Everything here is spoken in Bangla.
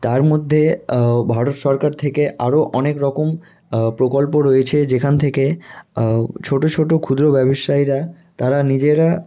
তার মধ্যে ভারত সরকার থেকে আরও অনেক রকম প্রকল্প রয়েছে যেখান থেকে ছোটো ছোটো ক্ষুদ্র ব্যবসায়ীরা তারা নিজেরা